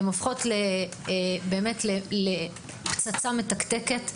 הן הופכות לפצצה מתקתקת,